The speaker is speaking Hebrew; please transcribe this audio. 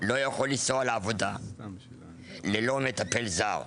לא יכול לנסוע לעבודה ללא מטפל זר.